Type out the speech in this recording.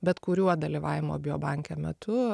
bet kuriuo dalyvavimo biobanke metu